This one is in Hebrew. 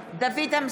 (קוראת בשם חבר הכנסת) דוד אמסלם,